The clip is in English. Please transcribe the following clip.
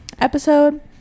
episode